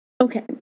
okay